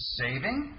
saving